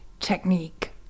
technique